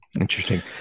Interesting